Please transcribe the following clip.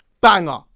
banger